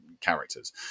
characters